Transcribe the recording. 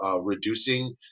reducing